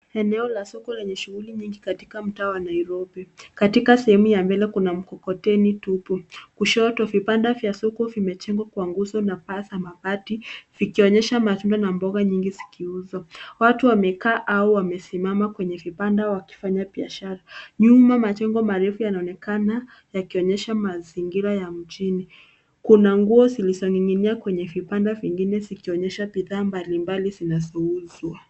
Eneo la soko lenye shughuli nyingi katika mtaa wa Nairobi. Katika sehemu ya mbele, kuna mkokoteni tupu. Kushoto, vibanda vya soko vimechimbwa kwa nguzo na paa za mabati, vikionyesha matunda na mboga nyingi zikiuzwa. Watu wamekaa au wamesimama kwenye vibanda, wakifanya biashara. Nyuma, majengo marefu yanaonekana, yakionyesha mazingira ya mjini. Kuna nguo zilizoning'inia kwenye vibanda vingine, zikionyesha bidhaa mbalimbali vinazouzwa.